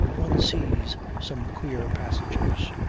one sees some queer passengers.